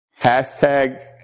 Hashtag